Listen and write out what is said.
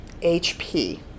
HP